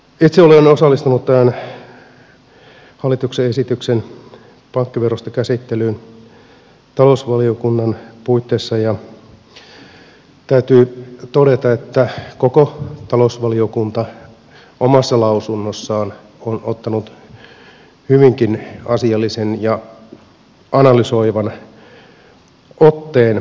itse olen osallistunut tähän pankkiveroa koskevan hallituksen esityksen käsittelyyn talousvaliokunnan puitteissa ja täytyy todeta että koko talousvaliokunta omassa lausunnossaan on ottanut hyvinkin asiallisen ja analysoivan otteen tähän pankkiveroon